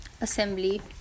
assembly